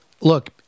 look